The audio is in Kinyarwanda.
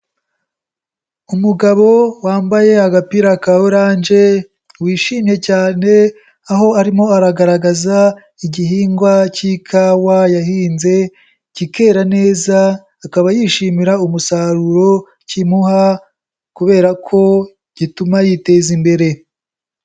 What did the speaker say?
Umugabo wambaye agapira ka orange, wishimye cyane aho arimo aragaragaza igihingwa cy'ikawa yahinze kikera neza akaba yishimira umusaruro kimuha kubera ko gituma yiteza imbere.